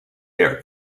air